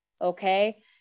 Okay